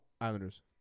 Islanders